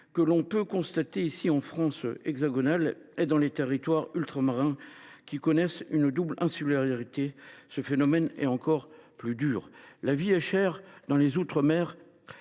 que l’on peut constater ici en France hexagonale ; dans les territoires ultramarins qui connaissent une double insularité, ce phénomène est encore plus grave. La vie chère dans les outre mer